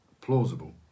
plausible